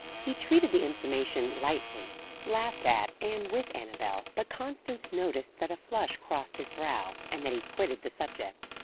he treated the information lightly laughed at and with annabel but constance noticed that a flush crossed his brow, and that he quitted the subject.